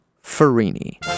Farini